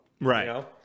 Right